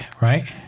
right